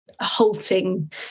halting